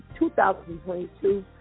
2022